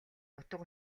утга